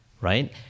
right